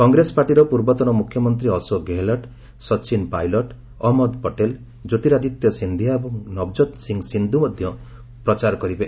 କଂଗ୍ରେସ ପାର୍ଟିର ପୂର୍ବତନ ମୁଖ୍ୟମନ୍ତ୍ରୀ ଅଶୋକ ଗେହଲଟ ସଚିନ ପାଇଲଟ ଅହଜ୍ଞଦ ପଟେଲ କ୍ୟେତିରାଦିତ୍ୟ ସିନ୍ଧିଆ ଓ ନବଜୋତ୍ସିଂ ସିଦ୍ଧୁ ମଧ୍ୟ ପ୍ରଚାର କରିବେ